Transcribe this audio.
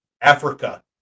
Africa